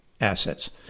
assets